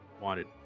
wanted